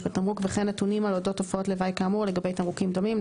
בתמרוק וכן נתונים על אודות תופעות לוואי כאמור לגבי תמרוקים דומים,